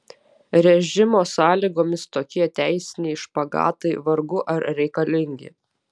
režimo sąlygomis tokie teisiniai špagatai vargu ar reikalingi